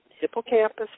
hippocampus